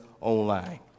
online